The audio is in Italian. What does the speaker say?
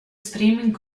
streaming